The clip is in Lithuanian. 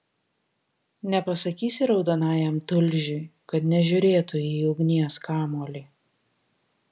nepasakysi raudonajam tulžiui kad nežiūrėtų į ugnies kamuolį